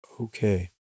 Okay